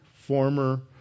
former